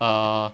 ah